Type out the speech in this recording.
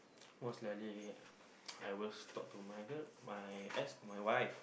most likely I will talk to my girl my ex my wife